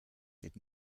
did